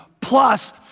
plus